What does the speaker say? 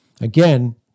again